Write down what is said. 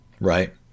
Right